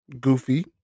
Goofy